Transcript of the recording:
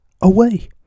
away